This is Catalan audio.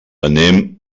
anem